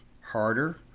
harder